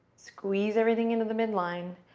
squeeze everything into the mid-line,